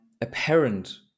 apparent